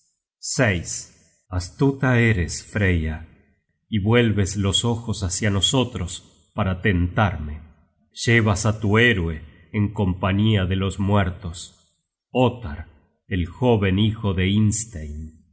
dioses astuta eres freya y vuelves los ojos hacia nosotros para tentarme llevas á tu héroe en compañía de los muertos ottar el jóven hijo de